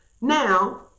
Now